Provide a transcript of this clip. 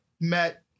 met